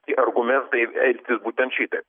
tie argumentai elgtis būtent šitaip